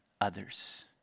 others